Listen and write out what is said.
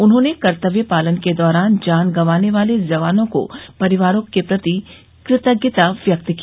उन्होंने कर्तव्य पालन के दौरान जान गंवाने वाले जवानों के परिवारों के प्रति कृतज्ञता व्यक्त की